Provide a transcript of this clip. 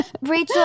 Rachel